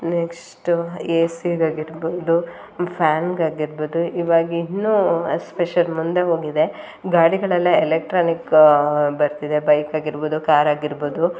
next ಏ ಸಿದು ಆಗಿರ್ಬೌದು ಫ್ಯಾನ್ಗೆ ಆಗಿರ್ಬೌದು ಇವಾಗ ಇನ್ನೂ ಸ್ಪೆಷಲ್ ಮುಂದೆ ಹೋಗಿದೆ ಗಾಡಿಗಳೆಲ್ಲ ಎಲೆಕ್ಟ್ರಾನಿಕ್ ಬರ್ತಿದೆ ಬೈಕ್ ಆಗಿರ್ಬೌದು ಕಾರ್ ಆಗಿರ್ಬೌದು